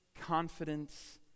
confidence